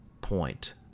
point